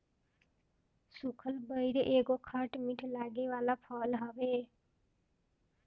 सुखल बइर एगो खट मीठ लागे वाला फल हवे